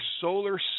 Solar